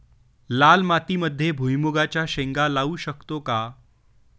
लाल मातीमध्ये भुईमुगाच्या शेंगा लावू शकतो का?